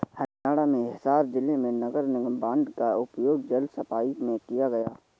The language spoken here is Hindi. हरियाणा में हिसार जिले में नगर निगम बॉन्ड का उपयोग जल सफाई में किया गया